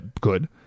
good